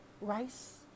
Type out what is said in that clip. rice